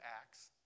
Acts